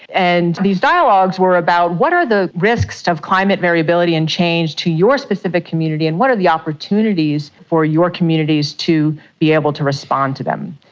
and these dialogues where about what are the risks of climate variability and change to your specific community, and what are the opportunities for your communities to be able to respond to them?